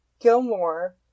Gilmore